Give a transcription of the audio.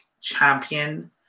champion